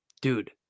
dude